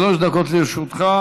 שלוש דקות לרשותך,